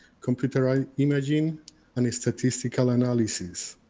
computerized imaging and statistical analysis.